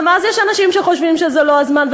גם אז יש אנשים שחושבים שזה לא הזמן.